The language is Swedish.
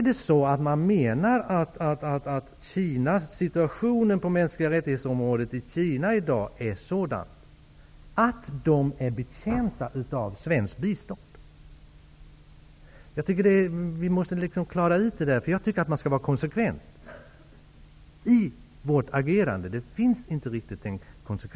Menar man att situationen på MR området i Kina är sådan att Kina är betjänt av svenskt bistånd? Jag tycker att vi måste klara ut det, för vi måste vara konsekventa i vårt agerande. Den konsekvensen finns inte riktigt.